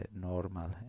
normal